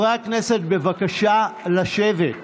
הכנסת, בבקשה לשבת.